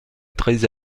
très